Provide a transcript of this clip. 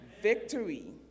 Victory